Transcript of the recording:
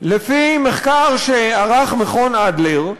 לפי מחקר שערך מכון אדלר,